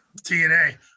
tna